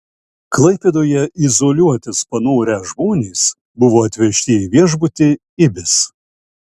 klaipėdoje izoliuotis panorę žmonės buvo atvežti į viešbutį ibis